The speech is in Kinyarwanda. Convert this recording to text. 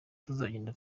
tuzagenda